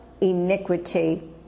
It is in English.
iniquity